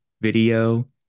video